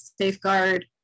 safeguard